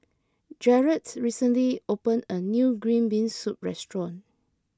Jaret recently opened a new Green Bean Soup restaurant